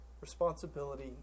responsibility